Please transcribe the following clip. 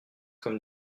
comme